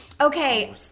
okay